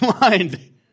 mind